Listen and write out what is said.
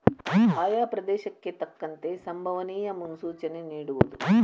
ಆಯಾ ಪ್ರದೇಶಕ್ಕೆ ತಕ್ಕಂತೆ ಸಂಬವನಿಯ ಮುನ್ಸೂಚನೆ ನಿಡುವುದು